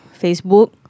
Facebook